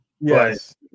Yes